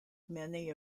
many